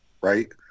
right